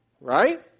Right